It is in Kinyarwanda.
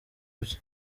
byo